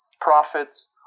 profits